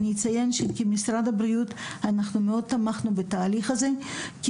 אני אציין שכמשרד הבריאות אנחנו מאוד תמכנו בתהליך הזה כי